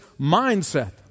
mindset